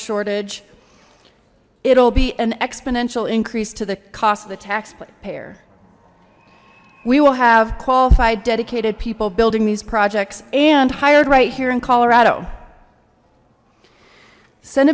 shortage it'll be an exponential increase to the cost of the tax plate pair we will have qualified dedicated people building these projects and hired right here in colorado sen